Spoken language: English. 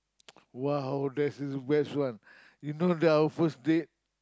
!wow! that's is best one you know that our first date